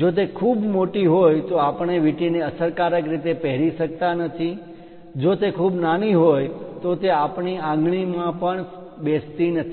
જો તે ખૂબ મોટી હોય તો આપણે તે વીંટીને અસરકારક રીતે પહેરી શકતા નથી જો તે ખૂબ નાની હોય તો તે આપણી આંગળીમાં પણ બેસતી નથી